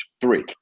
Three